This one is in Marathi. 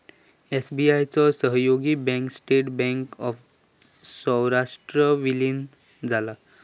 एस.बी.आय चो सहयोगी बँक स्टेट बँक ऑफ सौराष्ट्रात विलीन झाला